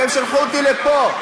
והם שלחו אותי לפה.